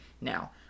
Now